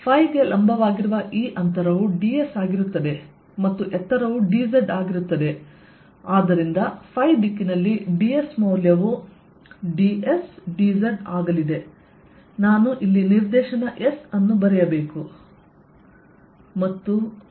ಗೆ ಲಂಬವಾಗಿರುವ ಈ ಅಂತರವು ds ಆಗಿರುತ್ತದೆ ಮತ್ತು ಎತ್ತರವು dz ಆಗಿರುತ್ತದೆ ಮತ್ತು ಆದ್ದರಿಂದ ϕ ದಿಕ್ಕಿನಲ್ಲಿ dS ಮೌಲ್ಯವು ಆಗಲಿದೆ ನಾನು ಇಲ್ಲಿ ನಿರ್ದೇಶನ S ಅನ್ನು ಬರೆಯಬೇಕು